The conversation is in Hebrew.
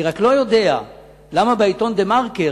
אני רק לא יודע למה בעיתון "דה-מרקר",